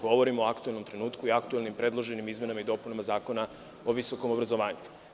Govorim o aktuelnom trenutku i aktuelnim predloženim izmenama i dopunama Zakona o visokom obrazovanju.